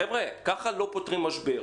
חבר'ה, כך לא פותרים משבר.